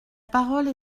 parole